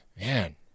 Man